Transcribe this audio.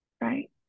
right